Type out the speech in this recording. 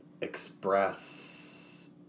express